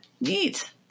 Neat